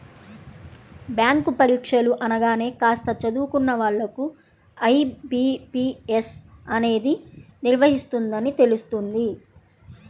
bank పరీక్షలు అనగానే కాస్త చదువుకున్న వాళ్ళకు ఐ.బీ.పీ.ఎస్ అనేది నిర్వహిస్తుందని తెలుస్తుంది